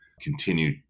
continue